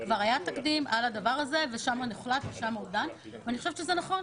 כבר היה תקדים על הדבר הזה ואני חושבת שזה נכון